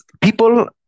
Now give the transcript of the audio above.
people